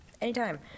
anytime